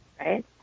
right